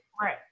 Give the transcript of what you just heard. Right